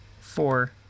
four